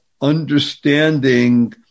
understanding